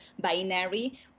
binary